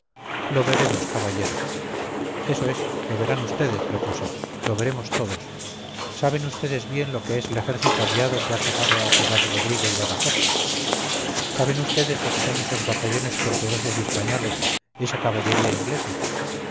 lo veremos caballero eso es lo verán ustedes repuse lo veremos todos saben ustedes bien lo que es el ejército aliado que ha tomado a ciudad-rodrigo y badajoz saben ustedes lo que son esos batallones portugueses y españoles esa caballería inglesa